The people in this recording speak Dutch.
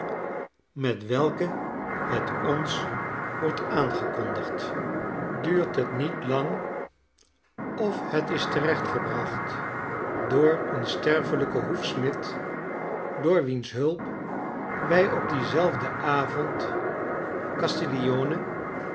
met welke het ons wordt aangekondigd duurt het niet lang of het is terecht gebracht door een sterfelijken hoefsmid door wiens hulp wij op dien zelfden avond